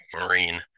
marine